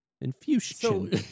Infusion